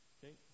Okay